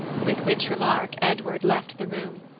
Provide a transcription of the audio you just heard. with which remark edward left the room.